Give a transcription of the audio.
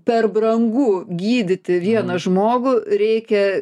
per brangu gydyti vieną žmogų reikia